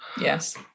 Yes